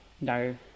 no